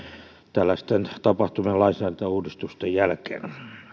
tällaisten tapahtuneiden lainsäädäntöuudistusten jälkeen